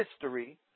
history